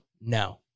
No